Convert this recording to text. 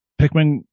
Pikmin